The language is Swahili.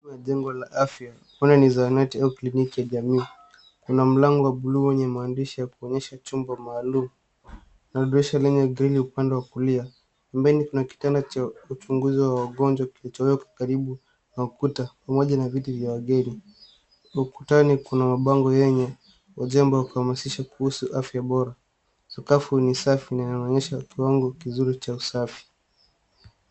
Jengo la afya huenda ni zahanati au kliniki ya jamii. Kuna mlango wa buluu wenye maandishi ya kuonyesha chumba maalum na dirisha mbili upande wa kulia. Mbele kuna kitanda cha uchunguzi wa wagonjwa kilichowekwa karibu na ukuta pamoja na viti vya wageni. Ukutani kuna mabango yenye ujumbe wa kuhamasisha kuhusu afya bora. Sakafu ni safi na inaonyesha kiwango kizuri cha usafi.